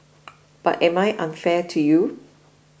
but am I unfair to you